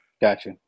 Gotcha